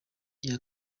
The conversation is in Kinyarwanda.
iya